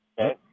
Okay